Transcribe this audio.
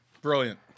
Brilliant